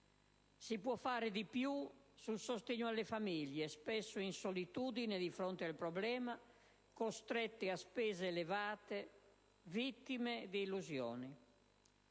Si può fare di più sul sostegno alle famiglie, spesso in solitudine di fronte al problema, costrette a spese elevate, vittime di illusioni.